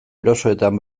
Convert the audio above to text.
erosoetan